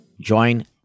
join